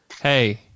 Hey